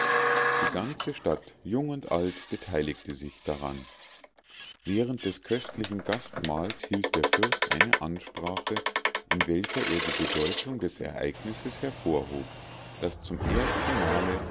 die ganze stadt jung und alt beteiligte sich daran während des köstlichen gastmahls hielt der fürst eine ansprache in welcher er die bedeutung des ereignisses hervorhob daß zum erstenmale